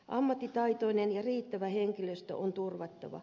ammattitaitoinen ja riittävä henkilöstö on turvattava